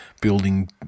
building